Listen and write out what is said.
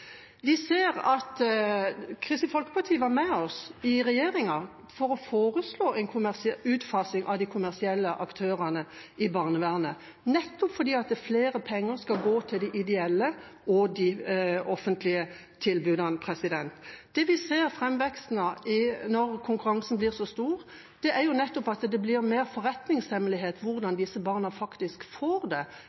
Vi ser at Kristelig Folkeparti i regjeringa var med oss for å foreslå en utfasing av de kommersielle aktørene i barnevernet, nettopp fordi flere penger skal gå til de ideelle og de offentlige tilbudene. Det vi ser framvekst av når konkurransen blir så stor, er nettopp at det mer blir en forretningshemmelighet hvordan disse barna faktisk får det,